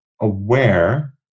aware